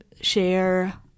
share